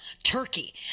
turkey